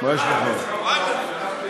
עכשיו אתה נזכר?